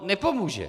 Nepomůže.